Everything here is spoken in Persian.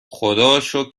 خداروشکر